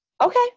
Okay